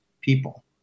people